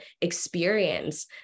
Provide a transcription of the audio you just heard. experience